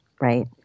right